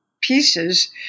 pieces